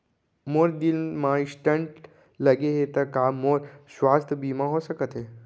मोर दिल मा स्टन्ट लगे हे ता का मोर स्वास्थ बीमा हो सकत हे?